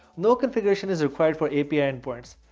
no configuration is required for api endpoints.